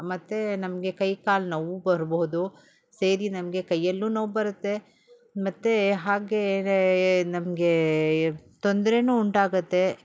ಮತ್ತು ನಮಗೆ ಕೈ ಕಾಲು ನೋವ್ವು ಬರಬಹುದು ಸೇದಿ ನಮಗೆ ಕೈಯಲ್ಲೂ ನೋವು ಬರುತ್ತೆ ಮತ್ತು ಹಾಗೇ ನಮಗೆ ತೊಂದ್ರೇ ಉಂಟಾಗುತ್ತೆ